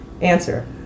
Answer